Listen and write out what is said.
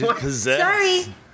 Sorry